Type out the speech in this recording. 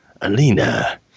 Alina